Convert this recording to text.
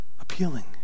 appealing